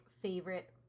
favorite